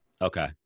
Okay